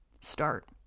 start